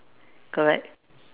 correct